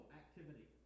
activity